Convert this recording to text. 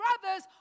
brothers